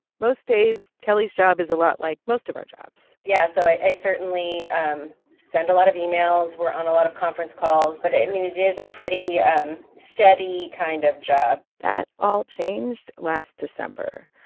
most days, kelly's job is a lot like most of our jobs yeah. so i certainly um send a lot of emails. we're on a lot of conference calls. but, i mean, it is a pretty um steady kind of job that all changed last december.